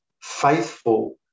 faithful